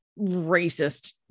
racist